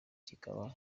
kikaba